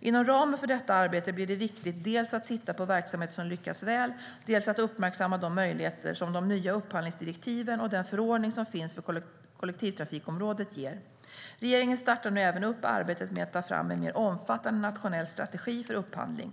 Inom ramen för detta arbete blir det viktigt dels att titta på verksamheter som lyckats väl, dels att uppmärksamma de möjligheter som de nya upphandlingsdirektiven och den förordning som finns för kollektivtrafikområdet ger. Regeringen startar nu även upp arbetet med att ta fram en mer omfattande nationell strategi för upphandling.